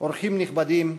אורחים נכבדים,